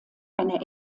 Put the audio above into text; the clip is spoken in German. eine